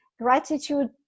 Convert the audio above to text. Gratitude